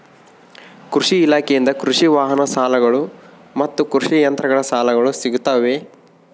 ಕೃಷಿ ಇಲಾಖೆಯಿಂದ ಕೃಷಿ ವಾಹನ ಸಾಲಗಳು ಮತ್ತು ಕೃಷಿ ಯಂತ್ರಗಳ ಸಾಲಗಳು ಸಿಗುತ್ತವೆಯೆ?